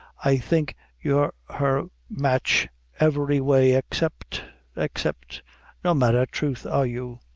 i think you're her match every way except except no matter, troth are you.